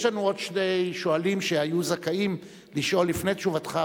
יש לנו עוד שני שואלים שהיו זכאים לשאול לפני תשובתך,